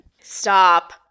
Stop